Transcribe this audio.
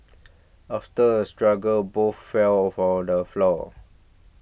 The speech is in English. after a struggle both fell for the floor